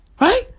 right